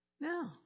No